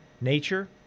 nature